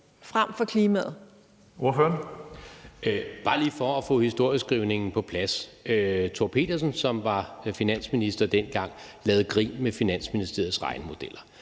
E. Jørgensen (V): Bare lige for at få historieskrivningen på plads, så lavede Thor Pedersen, som var finansminister dengang, grin med Finansministeriets regnemodeller